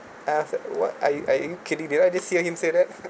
I said what are you are you kidding did I just hear him said that